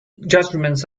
judgements